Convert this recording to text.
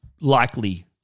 likely